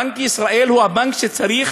בנק ישראל הוא הבנק שצריך